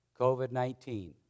COVID-19